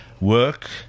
work